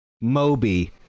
Moby